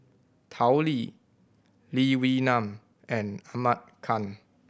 Tao Li Lee Wee Nam and Ahmad Khan